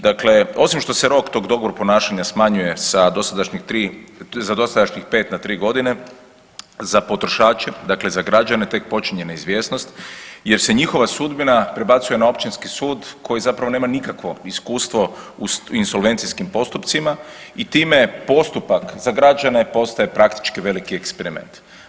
Dakle, osim što se rok tog dobrog ponašanja smanjuje sa dosadašnjih tri, sa dosadašnjih pet na tri godine za potrošače, dakle za građane tek počinje neizvjesnost jer se njihova sudbina prebacuje na Općinski sud koji zapravo nema nikakvo iskustvo u insolvencijskim postupcima i time je postupak za građane postaje praktički veliki eksperiment.